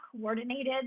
coordinated